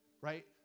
Right